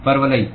परवलयिक